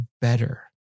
better